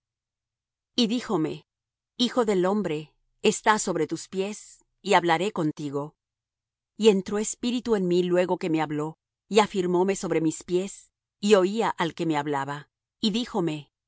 y dijome hijo del hombre está sobre tus pies y hablaré contigo y entró espíritu en mí luego que me habló y afirmóme sobre mis pies y oía al que me hablaba y díjome hijo del